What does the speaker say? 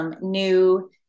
New